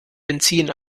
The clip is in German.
benzin